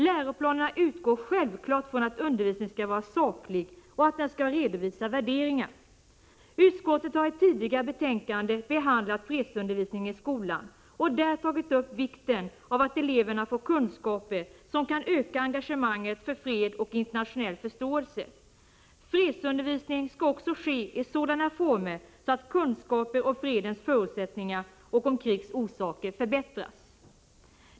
Läroplanerna utgår självklart från att undervisningen skall vara saklig och att den skall redovisa värderingar. Utskottet har i tidigare betänkanden behandlat fredsundervisningen i skolan och där tagit upp vikten av att eleverna får kunskaper som kan öka engagemanget för fred och internationell förståelse. Fredsundervisningen skall också ske i sådana former att kunskaper om fredens förutsättningar och om krigs orsaker förbättras.